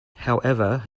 however